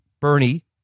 Bernie